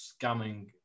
scamming